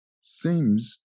seems